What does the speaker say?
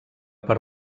per